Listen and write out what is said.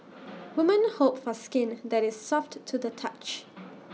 woman hope for skin that is soft to the touch